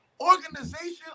Organization